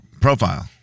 profile